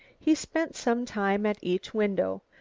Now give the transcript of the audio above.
he spent some time at each window,